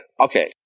Okay